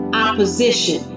opposition